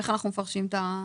איך אנחנו מפרשים את זה?